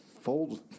Fold